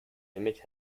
image